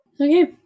Okay